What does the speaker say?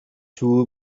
two